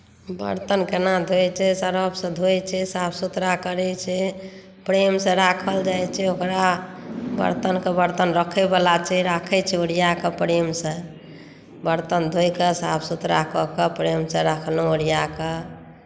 बर्तन केना धोइत छै सर्फसँ धोइत छै साफ सुथड़ा करैत छै प्रेमसँ राखल जाइत छै ओकरा बर्तनकेँ बर्तन राखयवला छै राखैत छै ओरिया कऽ प्रेमसँ बर्तन धोइ कऽ साफ सुथड़ा कऽ कऽ ओकरा प्रेमसँ रखलहुँ ओरियाके